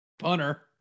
Punter